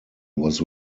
was